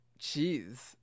Jeez